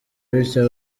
bityo